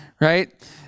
right